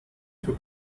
für